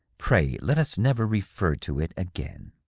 pray let us never refer to it again.